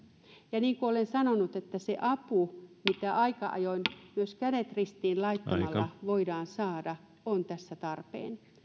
ja niin kuin olen sanonut se apu mitä aika ajoin myös kädet ristiin laittamalla voidaan saada on tässä tarpeen